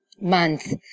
month